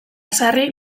sarri